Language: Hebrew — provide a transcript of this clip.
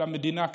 של המדינה,